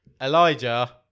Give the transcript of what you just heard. Elijah